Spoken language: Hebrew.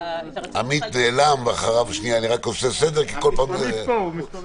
התעללות נפשית מוגדרת שם כעבירה פלילית.